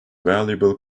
valuable